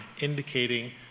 indicating